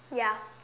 ya